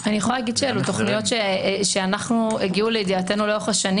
אני יכולה להגיד שאלה תכניות שהגיעו לידיעתנו לאורך השנים